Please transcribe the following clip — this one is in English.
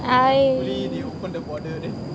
I